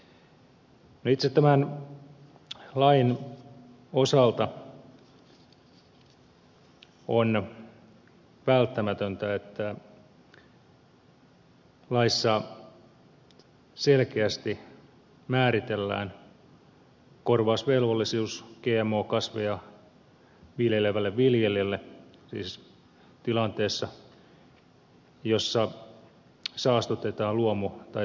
no itse tämän lain osalta on välttämätöntä että laissa selkeästi määritellään korvausvelvollisuus gmo kasveja viljelevälle viljelijälle siis tilanteessa jossa saastutetaan luomu tai tavanomaiset viljelmät